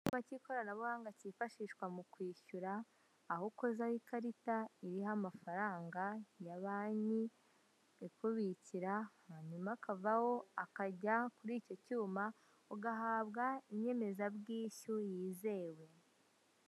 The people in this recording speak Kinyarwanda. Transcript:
Icyuma cy'ikoranabuhanga cyifashishwa mu kwishyura aho ukozaho ikarita iriho amafaranga ya banki ikubikira hanyuma akavaho akajya kuri iki cyuma ugahabwa inyemezabwishyu yizewe.